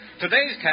Today's